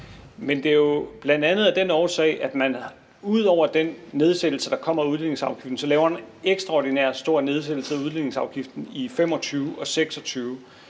Men det er jo bl.a. af den årsag, at man ud over den nedsættelse, der kommer, af udligningsafgiften så laver en ekstraordinært stor nedsættelse af udligningsafgiften i 2025 og 2026.